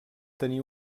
tenir